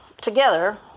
together